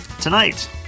tonight